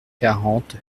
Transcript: quarante